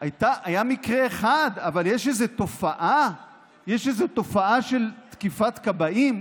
היה מקרה אחד, אבל יש איזה תופעה של תקיפת כבאים?